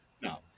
No